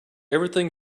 everything